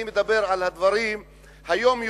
אני מדבר על הדברים היומיומיים.